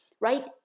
right